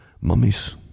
mummies